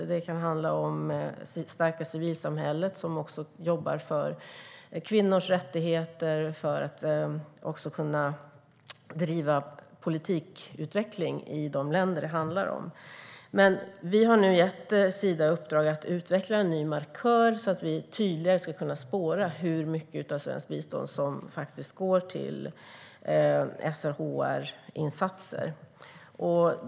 Det kan handla om att stärka civilsamhället, som också jobbar för kvinnors rättigheter, för att det ska kunna driva politik och utveckling i de länder som det handlar om. Vi har nu gett Sida i uppdrag att utveckla en ny markör, så att vi tydligare ska kunna spåra hur mycket av svenskt bistånd som faktiskt går till SRHR-insatser.